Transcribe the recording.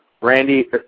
Randy